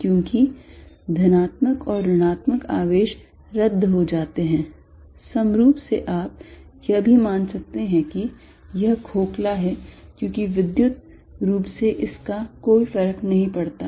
क्योंकि धनात्मक और ऋणात्मक आवेश रद्द हो जाते हैं समरूप से आप यह भी मान सकते हैं कि यह खोखला हैं क्योंकि विद्युत रूप से इसका कोई फर्क नहीं पड़ता